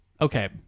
okay